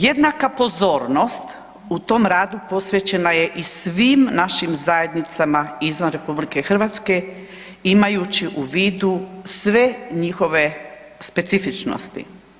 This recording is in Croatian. Jednaka pozornost u tom radu posvećena je i svim našim zajednicama izvan RH, imajući u vidu sve njihove specifičnosti.